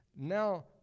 Now